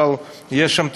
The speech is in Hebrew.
אבל יש שם תושבים,